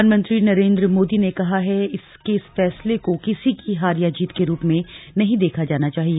प्रधानमंत्री नरेन्द्र मोदी ने कहा है कि इस फैसले को किसी की हार या जीत के रूप में नहीं देखा जाना चाहिए